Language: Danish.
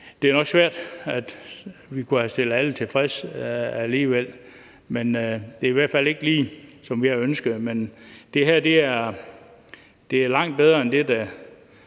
Det er jo nok svært at stille alle tilfreds, men det er i hvert fald ikke, ligesom vi havde ønsket det, men det her er langt bedre end det, der